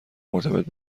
مرتبط